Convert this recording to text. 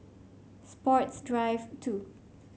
Sports Drive Two